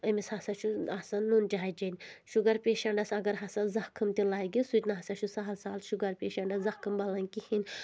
أمِس ہسا چھُ آسَان نُن چاے چیٚن شُگَر پیشَنٹَس اگر ہَسا زخٕم تہِ لَگہِ سُہ تہِ نَسہَ چھُ سَہَل سَہَل شُگر پیشَنٹَس زخم بَلان کِہیٖنۍ